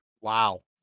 Wow